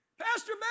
Pastor